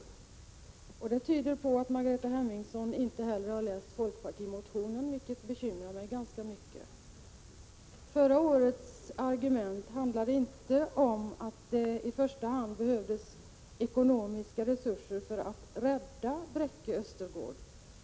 Det tyder på att hon inte heller har läst folkpartimotionen, vilket bekymrar mig ganska mycket. Förra årets argument handlade inte om att det i första hand behövdes ekonomiska resurser för att rädda Bräcke Östergård.